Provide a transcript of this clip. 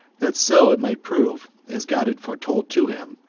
that so it might prove, as god had foretold to him,